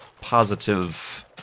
positive